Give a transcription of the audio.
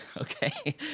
Okay